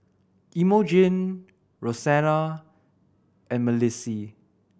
Imogene Rosanna and Malissie